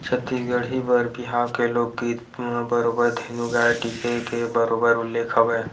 छत्तीसगढ़ी बर बिहाव के लोकगीत म बरोबर धेनु गाय टीके के बरोबर उल्लेख हवय